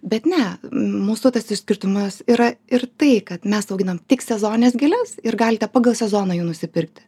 bet ne mūsų tas išskirtinumas yra ir tai kad mes auginam tik sezonines gėles ir galite pagal sezoną jų nusipirkti